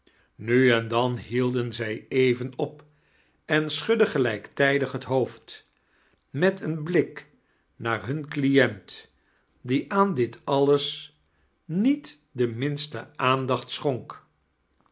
nu en dan hielden zij even op en schudden gelijkr tijdig het hoofd met een blik naar hun client die aan dit alles niet de minste aandacht schonk